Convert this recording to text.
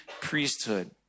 priesthood